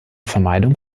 vermeidung